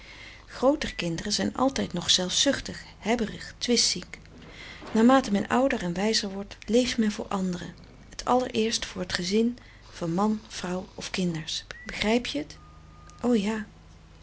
grooter kinderen zijn altijd nog zelfzuchtig hebberig twistziek naarmate men ouder en wijzer wordt leeft men voor anderen t allereerst voor t gezin voor man vrouw of kinders begrijp je t o ja